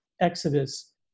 Exodus